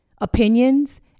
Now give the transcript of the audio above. opinions